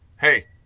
Hey